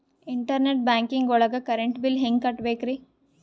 Internet banking ಒಳಗ್ current bill ಹೆಂಗ್ ಕಟ್ಟ್ ಬೇಕ್ರಿ?